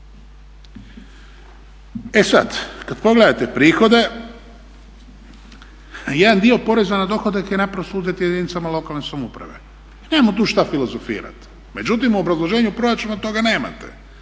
E sad, kad pogledate prihode jedan dio poreza na dohodak je naprosto uzet jedinicama lokalne samouprave i nemamo tu šta filozofirati. Međutim, u obrazloženju proračuna toga nemate.